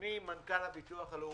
אדוני מנכ"ל הביטוח הלאומי,